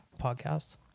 podcast